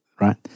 right